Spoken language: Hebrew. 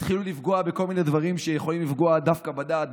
התחילו לפגוע בכל מיני דברים שיכולים לפגוע דווקא בדת,